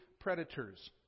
predators